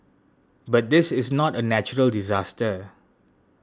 but this is not a natural disaster